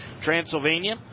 Transylvania